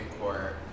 Court